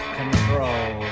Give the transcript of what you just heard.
control